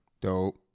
Dope